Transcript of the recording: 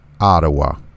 Ottawa